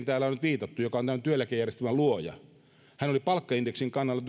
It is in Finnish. täällä on nyt viitattu teivo pentikäiseen joka on tämän työeläkejärjestelmän luoja hän oli palkkaindeksin kannalla